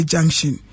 Junction